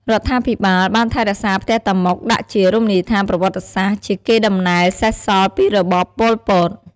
រដ្ឋាភិបាលបានថែរក្សាផ្ទះតាម៉ុកដាក់ជារមនីយដ្ឋានប្រវត្តិសាស្ត្រ ជាកេរ្តិ៍ដំណែលសេសសល់ពីរបបប៉ុលពត។